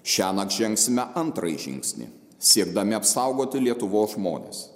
šiąnakt žengsime antrąjį žingsnį siekdami apsaugoti lietuvos žmones